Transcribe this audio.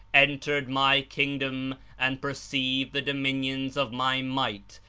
entered my kingdom and perceived the dominions of my might,